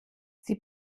sie